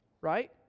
right